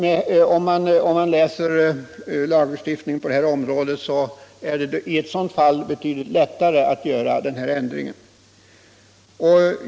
Av lagstiftningen på området framgår att det i ett sådant fall är betydligt lättare att göra denna ändring.